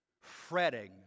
fretting